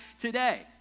today